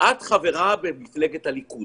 את חברה במפלגת הליכוד.